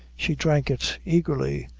she drank it eagerly,